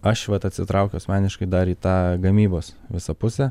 aš vat atsitraukiu asmeniškai dar į tą gamybos visą pusę